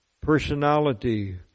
personality